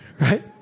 Right